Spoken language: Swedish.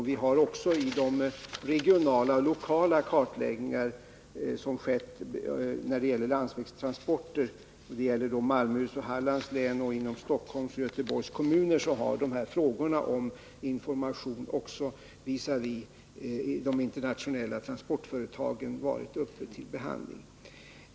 Även i de regionala och lokala kartläggningar som skett i fråga om landsvägstransporter — det gäller Malmöhus och Hallands län samt Stockholms och Göteborgs kommuner — har dessa frågor om information visavi internationella transportföretag varit uppe till behandling.